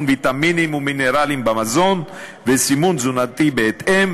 ויטמינים ומינרלים במזון וסימון תזונתי בהתאם,